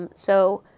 um so,